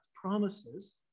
promises